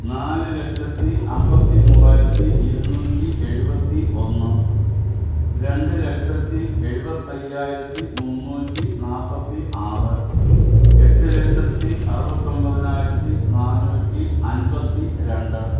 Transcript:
നാല് ലക്ഷത്തി അൻപത്തി മൂവായിരത്തി ഇരുന്നൂറ്റി എഴുപത്തി ഒന്ന് രണ്ടു ലക്ഷത്തി എഴുപത്തായ്യായിരത്തി മുന്നൂറ്റി നാൽപ്പത്തി ആറ് എട്ട് ലക്ഷത്തി അറുപത്തൊൻപതിനായിരത്തി നാന്നൂറ്റി അൻപത്തി രണ്ട്